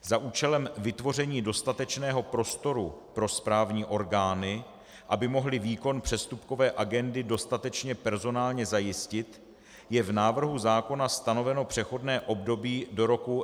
Za účelem vytvoření dostatečného prostoru pro správní orgány, aby mohly výkon přestupkové agendy dostatečně personálně zajistit, je v návrhu zákona stanoveno přechodné období do roku 2022.